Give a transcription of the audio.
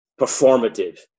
performative